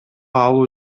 алуу